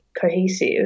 cohesive